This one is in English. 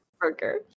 burger